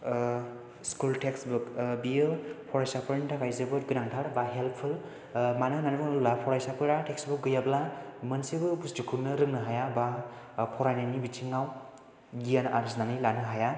school textbook बियो फरायसाफोरनि थाखाय जोबोद गोनांथार बा हेल्पफुल मानो होननानै बुङोब्ला फरायसाफोरा टेक्सबुक गैयाब्ला मोनसेबो बुस्तुखौनो रोंनो हाया एबा फरायनायनि बिथिङाव गियान आर्जिनानै लानो हाया